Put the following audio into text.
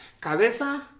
Cabeza